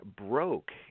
broke